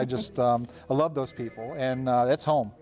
ah just um love those people. and that's home.